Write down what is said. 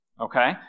Okay